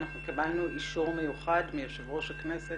אנחנו קיבלנו אישור מיוחד מיושב ראש הכנסת,